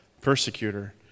persecutor